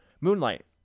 Moonlight